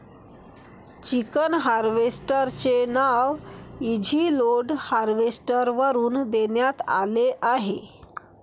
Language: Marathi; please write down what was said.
चिकन हार्वेस्टर चे नाव इझीलोड हार्वेस्टर वरून देण्यात आले आहे